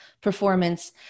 performance